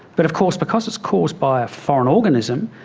but of course because it's caused by a foreign organism,